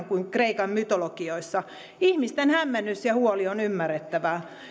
kuin kreikan mytologioissa ihmisten hämmennys ja huoli on ymmärrettävää